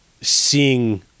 seeing